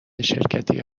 شرکتی